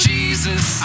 Jesus